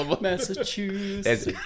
Massachusetts